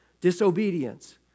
disobedience